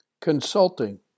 Consulting